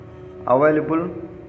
available